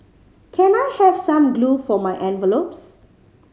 can I have some glue for my envelopes